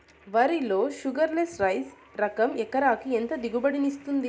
వరి లో sugarless less రకం ఎకరాకి ఎంత దిగుబడినిస్తుంది